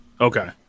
Okay